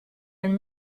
and